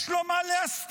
יש לו מה להסתיר,